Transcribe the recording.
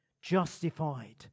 justified